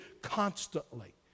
constantly